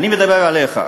אני מדבר עליך.